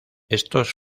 estos